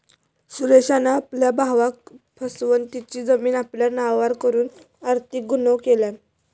सुरेशान आपल्या भावाक फसवन तेची जमीन आपल्या नावार करून आर्थिक गुन्हो केल्यान